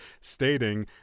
stating